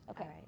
Okay